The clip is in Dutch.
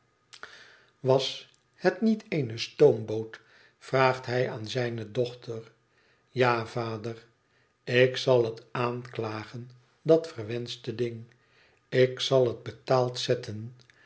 was het niet eene stoomboot vraagt hij aan zijne dochter ja vader tik zal het aanklagen dat verwenschte dingl ik zal het betaald zetten